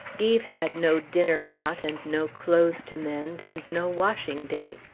eve had no dinner-pot, and no clothes to mend, and no washing-day.